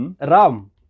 ram